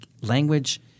language